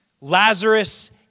Lazarus